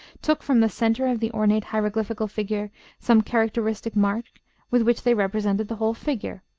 took from the centre of the ornate hieroglyphical figure some characteristic mark with which they represented the whole figure.